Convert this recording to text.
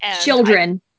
children